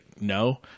No